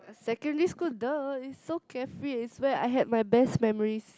secondary school duh is so carefree it's where I had my best memories